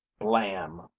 blam